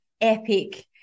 epic